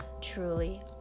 truly